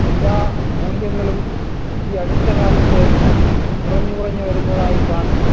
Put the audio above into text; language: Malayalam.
എല്ലാ മൂല്യങ്ങളും ഈ അടുത്തകാലത്ത് കുറഞ്ഞുകുറഞ്ഞു വരുന്നതായി കാണുന്നു